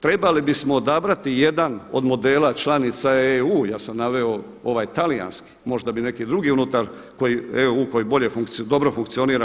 Trebali bismo odabrati jedan od modela članica EU, ja sam naveo ovaj talijanski, možda bi neki drugi unutar EU koji bolje, dobro funkcionira.